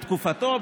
בתקופתו,